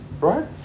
Right